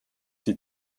die